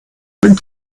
klingt